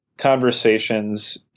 conversations